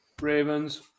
Ravens